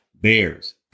Bears